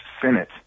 Senate